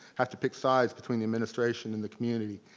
have to pick sides between the administration and the community,